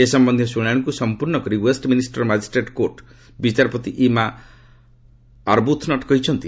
ଏ ସମ୍ୟନ୍ଧୀୟ ଶୁଣାଶିକୁ ସମ୍ପୂର୍ଣ୍ଣ କରି ଓ୍ୱେଷ୍ଟ ମିନିଷ୍ଟର ମାଜିଷ୍ଟ୍ରେଟ୍ କୋର୍ଟ ବିଚାରପତି ଇଞ୍ଜା ଆର୍ବୁଥ୍ନଟ୍ କହିଛନ୍ତି